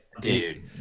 Dude